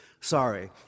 Sorry